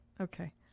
okay